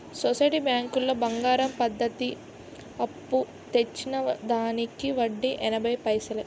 society బ్యాంకులో బంగారం పద్ధతి అప్పు తెచ్చిన దానికి వడ్డీ ఎనభై పైసలే